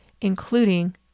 including